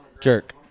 jerk